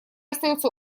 остается